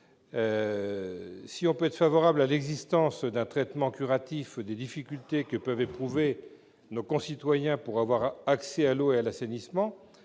Si l'on peut être favorable à l'existence d'un traitement curatif des difficultés que peuvent éprouver nos concitoyens pour avoir accès à l'eau et à l'assainissement,